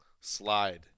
slide